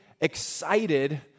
excited